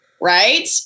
Right